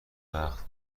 وقت